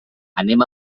anem